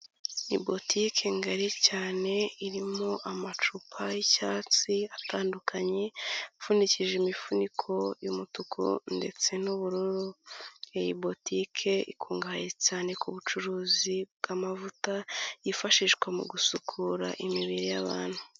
Ni butike ngari cyane irimo amacupa yi'icyatsi atandukanye apfuundikije imifuniko y'umutuku ndetse n'ubururu, iyi butike ikungahaye cyane ku bucuruzi bw'amavuta yifashishwa mu gusukura imibiri y'abantu.